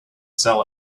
sell